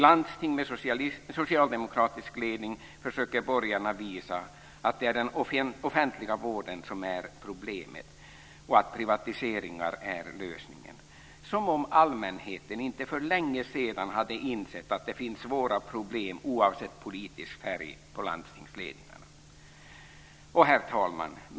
I landsting med socialdemokratisk ledning försöker borgarna visa att det är den offentliga vården som är problemet och att privatiseringar är lösningen. Det är som om allmänheten inte för länge sedan hade insett att det finns svåra problem oavsett politisk färg på landstingsledningarna. Herr talman!